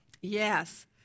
Yes